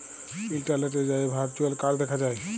ইলটারলেটে যাঁয়ে virtual card দ্যাখা যায়